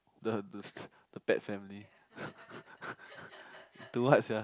the the pet family to what sia